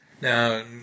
Now